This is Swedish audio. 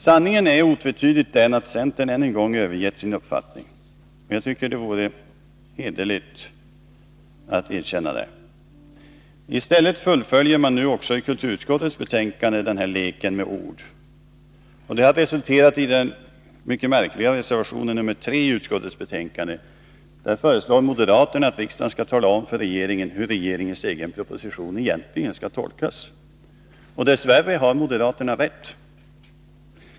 Sanningen är otvetydigt den att centern än en gång har övergivit sin uppfattning. Det vore hederligt att erkänna detta. I stället fullföljer man nu också i kulturutskottets betänkande denna lek med ord. Den har resulterat i den mycket märkliga reservationen nr 3 i utskottets betänkande. Där föreslår moderaterna att riksdagen skall tala om för regeringen hur regeringens egen proposition egentligen skall tolkas. Dess värre har moderaterna rätt.